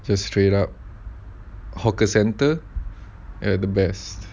just straight up hawker centre ah the best